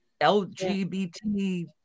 LGBT